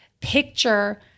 picture